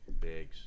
Biggs